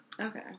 Okay